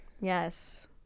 yes